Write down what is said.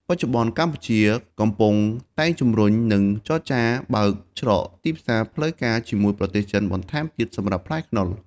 បច្ចុប្បន្ន កម្ពុជាកំពុងតែជំរុញ និងចរចាបើកច្រកទីផ្សារផ្លូវការជាមួយប្រទេសចិនបន្ថែមទៀតសម្រាប់ផ្លែខ្នុរ។